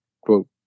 quote